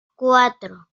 cuatro